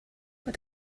what